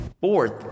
Fourth